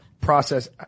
process